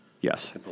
Yes